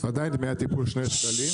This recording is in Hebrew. עדיין דמי הטיפול שני שקלים,